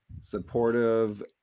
supportive